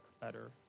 better